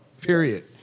period